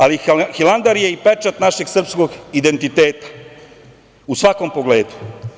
Ali, Hilandar je i pečat našeg srpskog identiteta u svakom pogledu.